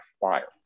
Fire